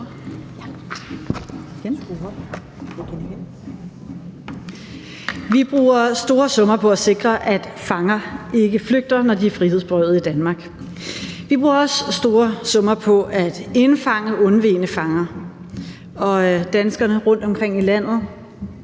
Vi bruger store summer på at sikre, at fanger ikke flygter, når de er frihedsberøvede i Danmark. Vi bruger også store summer på at indfange undvegne fanger. Danskerne rundtomkring i landet